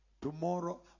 Tomorrow